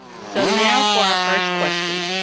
so now for our first question.